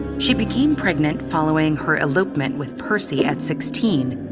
she became pregnant following her elopement with percy at sixteen,